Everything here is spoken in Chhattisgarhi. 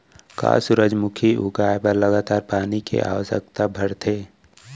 का सूरजमुखी उगाए बर लगातार पानी के आवश्यकता भरथे?